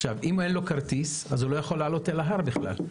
אם אין לו כרטיס, הוא לא יכול לעלות להר בכלל.